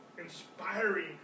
inspiring